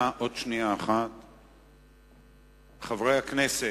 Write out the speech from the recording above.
כאלה, חברי הכנסת,